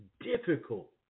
difficult